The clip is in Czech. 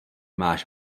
máš